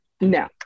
No